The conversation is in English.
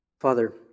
Father